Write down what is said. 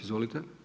Izvolite!